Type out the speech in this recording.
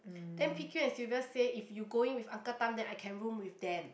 then P Q and Sylvia say if you going with uncle Tham then I can room with them